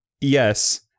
Yes